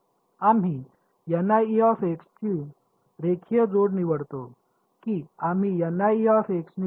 आम्ही ची रेखीय जोड निवडतो की आम्ही निवडतो